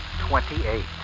twenty-eight